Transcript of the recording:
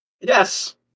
Yes